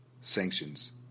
Sanctions